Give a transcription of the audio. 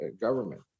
government